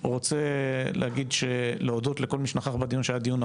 ואני אתן לכם מספר נתונים בקרב החברה היהודית.